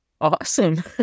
Awesome